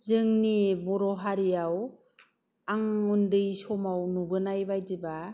जोंनि बर' हारिआव आं उन्दै समाव नुबोनाय बायदिब्ला